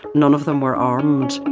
none of them were armed.